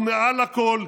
ומעל הכול,